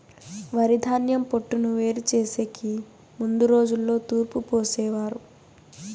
వరిధాన్యం పొట్టును వేరు చేసెకి ముందు రోజుల్లో తూర్పు పోసేవారు